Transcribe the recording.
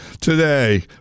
today